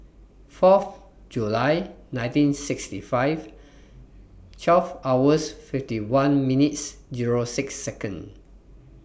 Fourth July nineteen sixty five twelve hours fifty one minutes Zero six Second